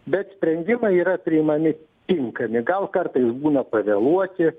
bet sprendimai yra priimami tinkami gal kartais būna pavėluoti